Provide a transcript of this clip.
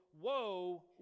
woe